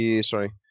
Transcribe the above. sorry